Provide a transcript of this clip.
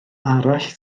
arall